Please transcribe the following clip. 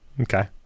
Okay